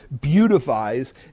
beautifies